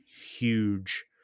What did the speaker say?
huge